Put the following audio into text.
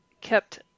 kept